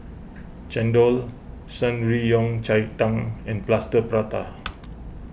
Chendol Shan Rui Yao Cai Tang and Plaster Prata